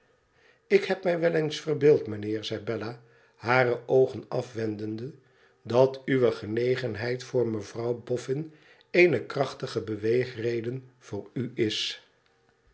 ik heb mij wel eens verbeeld mijnheer zei bella hare oogen afwendende dat uwe genegenheid voor mevrouw bofn eene krachtige beweegreden voor u is